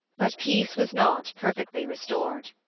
but peace was not perfectly restored.